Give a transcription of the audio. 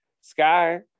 Sky